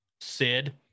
Sid